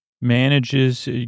Manages